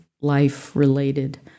life-related